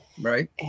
right